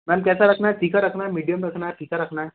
ma'am कैसा रखना है तीखा रखना है मीडियम रखना है या फीका रखना है